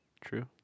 true